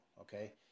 okay